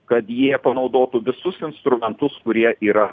kad jie panaudotų visus instrumentus kurie yra